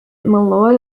malloy